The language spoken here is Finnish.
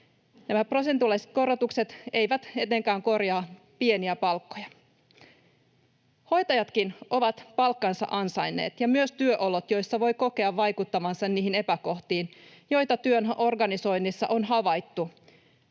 Nämä prosentuaaliset korotukset eivät etenkään korjaa pieniä palkkoja. Hoitajatkin ovat palkkansa ansainneet, ja myös työolot, joissa voi kokea vaikuttavansa niihin epäkohtiin, joita työn organisoinnissa on havaittu.